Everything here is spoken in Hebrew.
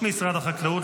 משרד החקלאות,